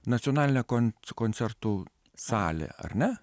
nacionalinė kon koncertų salė ar ne